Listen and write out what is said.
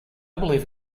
believe